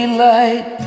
light